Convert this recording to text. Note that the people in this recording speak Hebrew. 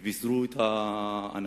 ופיזרו את האנשים.